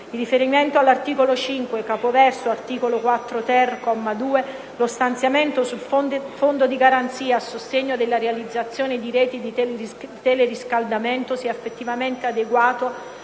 in riferimento all'articolo 5, capoverso "Art. 4-*ter*", comma 2, lo stanziamento sul Fondo di garanzia a sostegno della realizzazione dì reti di teleriscaldamento sia effettivamente adeguato